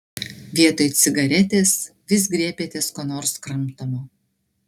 vietoj cigaretės vis griebiatės ko nors kramtomo